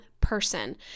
person